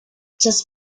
just